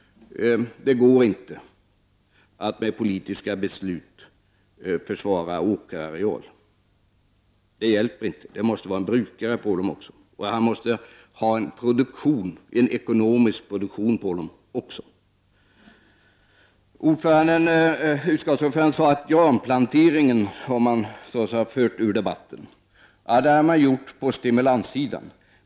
Det går inte att med politiska beslut försvara åkerareal. Det hjälper inte. Där måste finnas en brukare också, och han måste ha en ekonomisk produktion. Utskottsordföranden sade att frågan om granplanteringen har förts ur debatten. Det har man gjort på stimulanssidan.